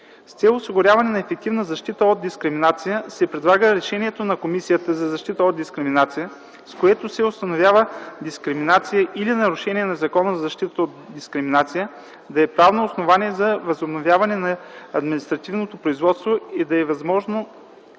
С цел осигуряване на ефективна защита от дискриминация се предлага решението на Комисията за защита на дискриминация, с което се установява дискриминация или нарушение на Закона за защита от дискриминация, да е правно основание за възобновяване на административното производство и да е възможна